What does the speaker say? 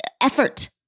effort